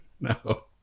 No